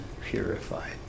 purified